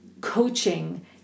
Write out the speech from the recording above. coaching